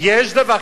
אין דבר כזה.